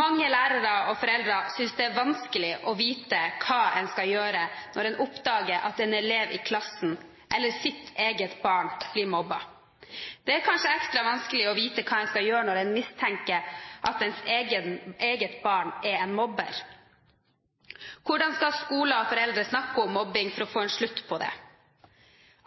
Mange lærere og foreldre synes det er vanskelig å vite hva en skal gjøre når en oppdager at en elev i klassen eller ens eget barn blir mobbet. Det er kanskje ekstra vanskelig å vite hva en skal gjøre når en har mistanke om at ens eget barn er en mobber. Hvordan skal skolen og foreldrene snakke om mobbing for å få en slutt på det?